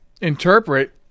interpret